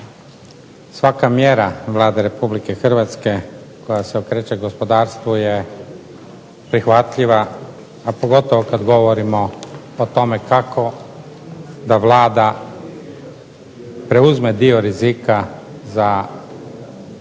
Svaka mjera Vlade Republike Hrvatske koja se okreće gospodarstvu je prihvatljiva, a pogotovo kad govorimo o tome kako da Vlada preuzme dio rizika za poticaje